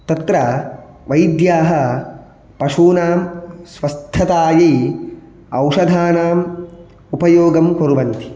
तत्र वैद्याः पशूनां स्वस्थतायै औषधानाम् उपयोगं कुर्वन्ति